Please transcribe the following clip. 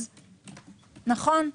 נכון,